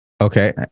Okay